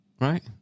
Right